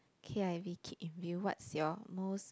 k_i_v keep in view what's your most